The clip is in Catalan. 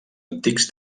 antics